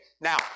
now